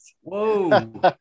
Whoa